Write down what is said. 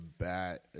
bat